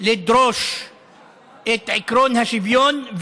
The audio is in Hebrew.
לדרוש את עקרון השוויון,